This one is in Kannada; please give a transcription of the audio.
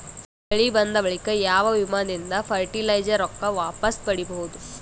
ಬೆಳಿ ಬಂದ ಬಳಿಕ ಯಾವ ವಿಮಾ ದಿಂದ ಫರಟಿಲೈಜರ ರೊಕ್ಕ ವಾಪಸ್ ಪಡಿಬಹುದು?